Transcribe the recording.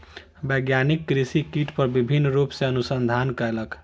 वैज्ञानिक कृषि कीट पर विभिन्न रूप सॅ अनुसंधान कयलक